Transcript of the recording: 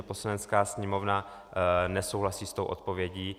Poslanecká sněmovna nesouhlasí s tou odpovědí.